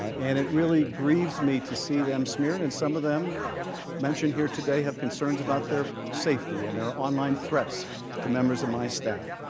ah and it really grieves me to see them smear in and some of them mentioned here today have concerns about their safety and their online threats to members of my staff,